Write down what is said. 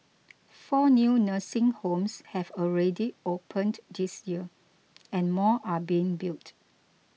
four new nursing homes have already opened this year and more are being built